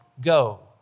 go